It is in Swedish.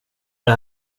det